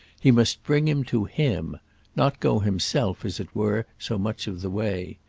he must bring him to him not go himself, as it were, so much of the way.